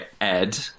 Ed